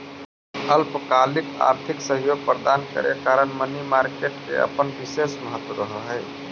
अल्पकालिक आर्थिक सहयोग प्रदान करे कारण मनी मार्केट के अपन विशेष महत्व रहऽ हइ